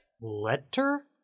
Letter